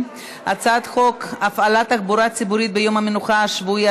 הצעת חוק הפעלת תחבורה ציבורית ביום המנוחה השבועי,